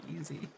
easy